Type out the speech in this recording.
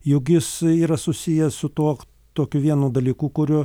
jog jis yra susijęs su tuo tokiu vienu dalyku kuriuo